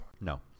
No